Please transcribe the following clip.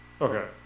okay